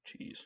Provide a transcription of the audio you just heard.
Jeez